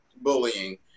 bullying